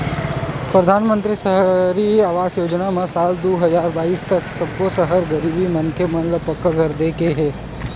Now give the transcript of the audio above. परधानमंतरी सहरी आवास योजना म साल दू हजार बाइस तक सब्बो सहरी गरीब मनखे ल पक्का घर दे के हे